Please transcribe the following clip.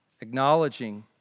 acknowledging